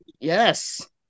Yes